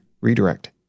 redirect